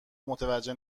متوجه